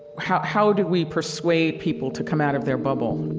how how do we persuade people to come out of their bubble